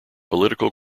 political